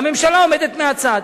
והממשלה עומדת מהצד.